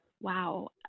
Wow